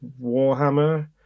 Warhammer